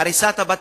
הריסת הבתים,